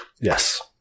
Yes